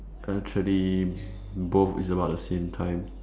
actually both is about the same time